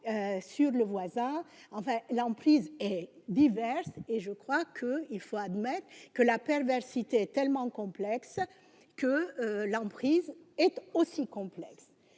sur le voisin enfin l'emprise et diverses et je crois que il faut admettre que la perversité tellement complexe que l'emprise est tout aussi complexe,